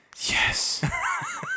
Yes